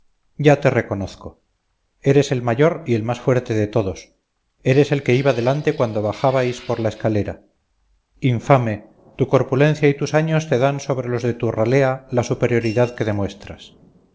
ya te reconozco eres el mayor y el más fuerte de todos eres el que iba delante cuando bajabais por la escalera infame tu corpulencia y tus años te dan sobre los de tu ralea la superioridad que demuestras